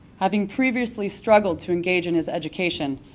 having previously struggled to engage in his education,